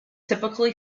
typically